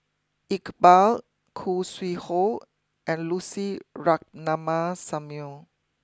Iqbal Khoo Sui Hoe and Lucy Ratnammah Samuel